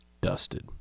Dusted